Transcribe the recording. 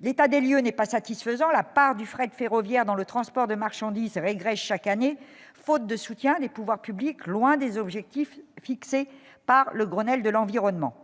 L'état des lieux n'est pas satisfaisant. La part du fret ferroviaire dans le transport de marchandises régresse chaque année faute de soutien des pouvoirs publics, loin des objectifs fixés par le Grenelle de l'environnement.